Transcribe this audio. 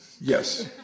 Yes